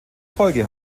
folge